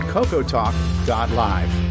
CocoTalk.live